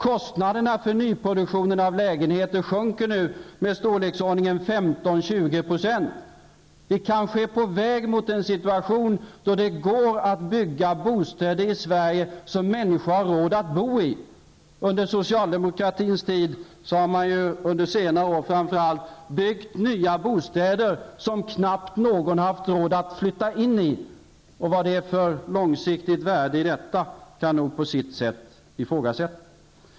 Kostnaderna för nyproduktionen av lägenheter sjunker nu i storleksordningen 15--20 %. Vi kanske är på väg mot den situation då det går att bygga bostäder i Sverige som människor har råd att bo i. Under socialdemokratins tid har man låtit bygga nya bostäder som knappt någon har haft råd att flytta in i. Vad det är för långsiktigt värde i det kan på sitt sätt ifrågasättas.